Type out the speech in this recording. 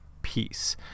peace